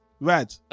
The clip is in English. rad